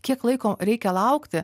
kiek laiko reikia laukti